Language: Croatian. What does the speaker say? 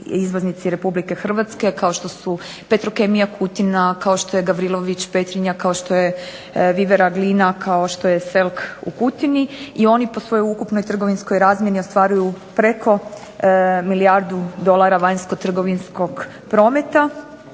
izvoznici Republike Hrvatske kao što su Petrokemija Kutina, kao što je Gavrilović Petrinja, kao što je Vivera Glina, kao što je Selk u Kutini i oni po svojoj ukupnoj trgovinskoj razmjeni ostvaruju preko milijardu dolara vanjsko trgovinskog prometa